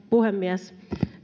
puhemies